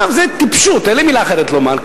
עכשיו, זו טיפשות, אין לי מלה אחרת לומר.